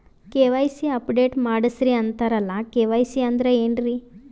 KYC update ಮಾಡಸ್ರೀ ಅಂತರಲ್ಲ KYC ಅಂದ್ರ ಏನ್ರೀ?